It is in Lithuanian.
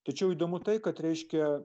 tačiau įdomu tai kad reiškia